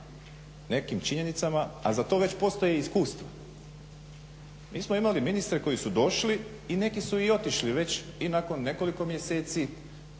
nekim činjenicama, a za to već postoji i iskustvo. Mi smo imali ministre koji su došli i neki su i otišli već i nakon nekoliko mjeseci